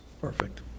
Perfect